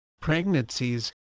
pregnancies